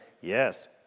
Yes